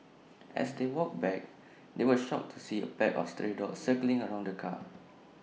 as they walked back they were shocked to see A pack of stray dogs circling around the car